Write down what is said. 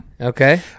Okay